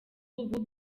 ubu